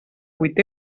vuit